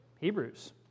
Hebrews